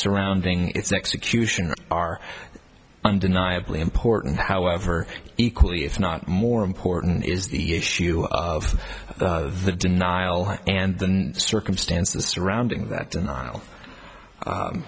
surrounding its execution are undeniably important however equally if not more important is the issue of the denial and the circumstances surrounding